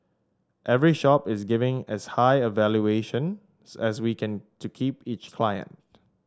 every shop is giving as high a valuation as we can to keep each client